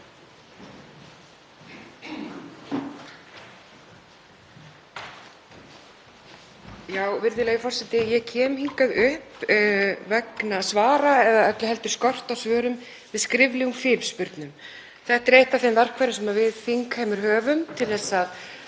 Virðulegi forseti. Ég kem hingað upp vegna svara eða öllu heldur skorts á svörum við skriflegum fyrirspurnum. Þetta er eitt af þeim verkfærum sem við þingheimur höfum til að